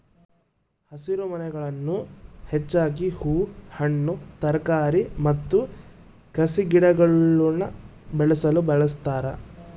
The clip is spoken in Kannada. ಹಸಿರುಮನೆಗಳನ್ನು ಹೆಚ್ಚಾಗಿ ಹೂ ಹಣ್ಣು ತರಕಾರಿ ಮತ್ತು ಕಸಿಗಿಡಗುಳ್ನ ಬೆಳೆಯಲು ಬಳಸ್ತಾರ